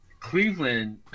Cleveland